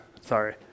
sorry